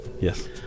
Yes